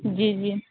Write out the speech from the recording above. جی جی